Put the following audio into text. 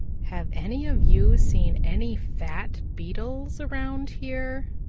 have any of you seen any fat beetles around here?